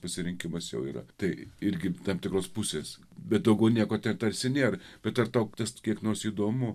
pasirinkimas jau yra tai irgi tam tikros pusės bet daugiau negu ten tarsi nėr bet ar tau tas kiek nors įdomu